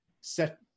set –